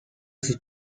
sus